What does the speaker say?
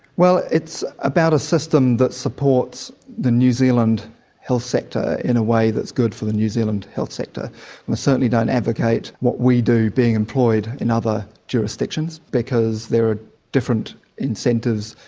well, it's about a system that supports the new zealand health sector in a way that's good for the new zealand health sector. we certainly don't advocate what we do being employed in other jurisdictions because there are different incentives,